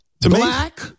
Black